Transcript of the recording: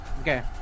Okay